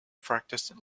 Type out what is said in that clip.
practiced